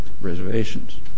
Reservations